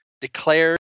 declared